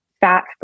fat